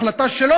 החלטה שלא,